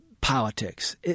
politics